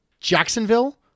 Jacksonville